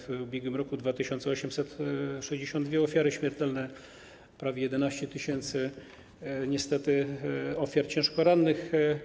W ubiegłym roku to 2862 ofiary śmiertelne i prawie 11 tys., niestety, ciężko rannych.